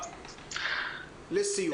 לסיום.